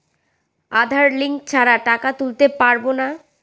আধার link ছাড়া টাকা তুলতে পারব না?